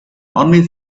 only